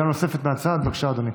עמדה נוספת מהצד, בבקשה, אדוני